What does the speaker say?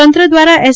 તંત્ર દ્રારા એસ